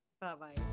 Bye-bye